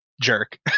jerk